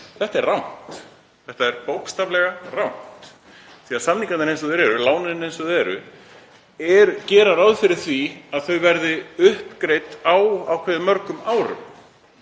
Þetta er rangt. Þetta er bókstaflega rangt, því að samningarnir eins og þeir eru, lánin eins og þau eru, gera ráð fyrir því að þau verði uppgreidd á ákveðið mörgum árum.